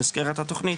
במסגרת התוכנית,